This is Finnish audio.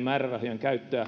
määrärahojen käyttöä